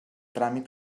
tràmit